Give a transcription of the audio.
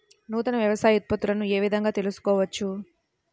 నూతన వ్యవసాయ ఉత్పత్తులను ఏ విధంగా తెలుసుకోవచ్చు?